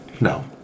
No